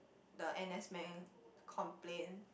the N_S men complain